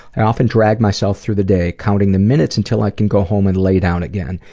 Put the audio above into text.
i often drag myself through the day counting the minutes until i can go home and lay down again.